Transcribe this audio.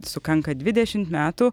sukanka dvidešimt metų